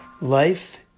Life